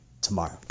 tomorrow